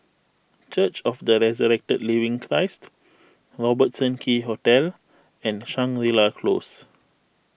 Church of the Resurrected Living Christ Robertson Quay Hotel and Shangri La Close